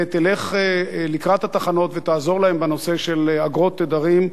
ותלך לקראת התחנות ותעזור להן בנושא של אגרות תדרים,